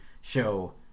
show